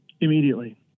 Immediately